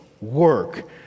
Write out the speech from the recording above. work